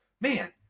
man